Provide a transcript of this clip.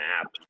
app